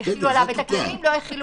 שהחילו עליו את הכללים אבל לא החילו